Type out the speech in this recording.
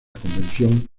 convención